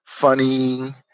funny